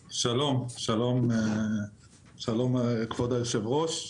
שלום, כבוד היושב-ראש.